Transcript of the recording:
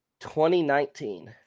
2019